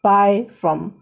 buy from